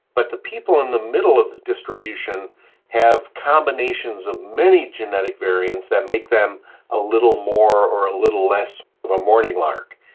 but the people in the middle of the distribution have combinations of many genetic variants that make them a little more or little less of a morning lark.